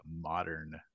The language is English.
modern